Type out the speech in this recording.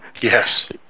Yes